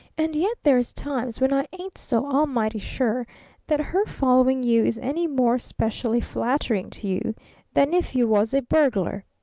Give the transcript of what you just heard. and yet there's times when i ain't so almighty sure that her following you is any more specially flattering to you than if you was a burglar.